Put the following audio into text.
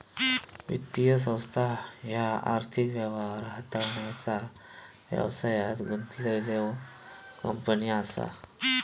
वित्तीय संस्था ह्या आर्थिक व्यवहार हाताळण्याचा व्यवसायात गुंतलेल्यो कंपनी असा